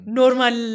normal